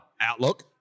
Outlook